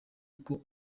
uko